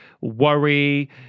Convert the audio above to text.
worry